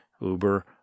Uber